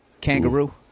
Kangaroo